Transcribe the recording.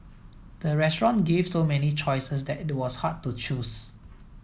the restaurant gave so many choices that it was hard to choose